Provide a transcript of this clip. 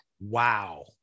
Wow